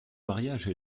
mariage